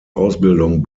ausbildung